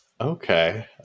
Okay